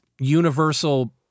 universal